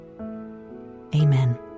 amen